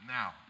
now